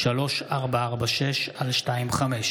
כי הונחו היום על שולחן הכנסת,